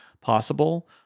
possible